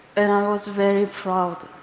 and i was very proud.